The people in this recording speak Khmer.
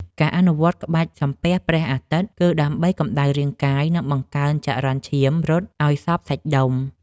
ការអនុវត្តក្បាច់ សំពះព្រះអាទិត្យ គឺដើម្បីកម្ដៅរាងកាយ និងបង្កើនចរន្តឈាមរត់ឱ្យសព្វសាច់ដុំ។